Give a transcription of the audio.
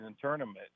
tournament